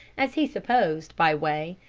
as he supposed, by way,